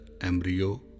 embryo